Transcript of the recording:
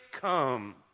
Come